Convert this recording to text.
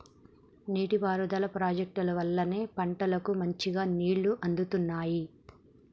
నీటి పారుదల ప్రాజెక్టుల వల్లనే పంటలకు మంచిగా నీళ్లు అందుతున్నాయి